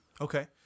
Okay